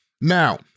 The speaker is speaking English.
Now